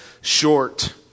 short